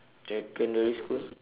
secondary school